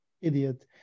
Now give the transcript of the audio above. Idiot